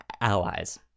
allies